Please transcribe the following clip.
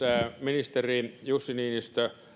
ministeri jussi niinistö